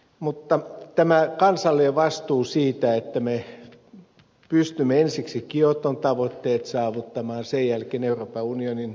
mutta tämä kansallinen vastuu siitä että me pystymme ensiksi kioton tavoitteet saavuttamaan sen jälkeen euroopan unionin